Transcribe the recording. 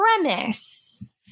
premise